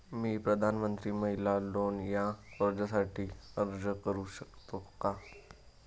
मी प्रधानमंत्री महिला लोन या कर्जासाठी अर्ज करू शकतो का?